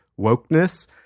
wokeness